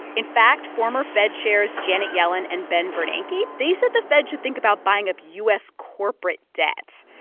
in fact, former fed chairs janet yellen and ben bernanke yeah they said the fed should think about buying up u s. corporate debt.